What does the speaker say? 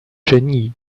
争议